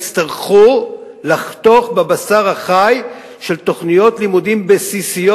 יצטרכו לחתוך בבשר החי של תוכניות לימודים בסיסיות,